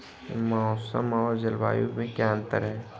मौसम और जलवायु में क्या अंतर?